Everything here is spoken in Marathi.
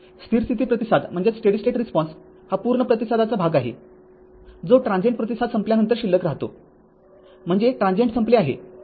स्थिर स्थिती प्रतिसाद हा पूर्ण प्रतिसादाचा भाग आहे जो ट्रांजीएंट प्रतिसाद संपल्यानंतर शिल्लक राहतो म्हणजे ट्रांजीएंट संपले आहे